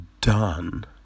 done